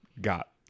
got